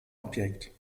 objekt